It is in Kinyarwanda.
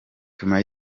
tuma